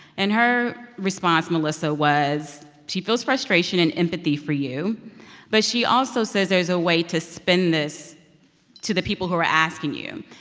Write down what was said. and her response, melissa, was she feels frustration and empathy for you but she also says there is a way to spin this to the people who are asking you.